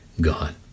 God